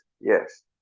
Yes